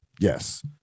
yes